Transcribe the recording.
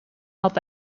had